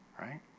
right